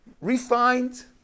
refined